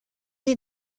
sie